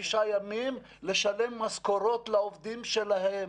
תשעה ימים לשלם משכורות לעובדים שלהם.